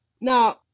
Now